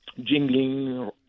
Jingling